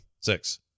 six